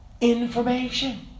information